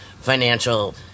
financial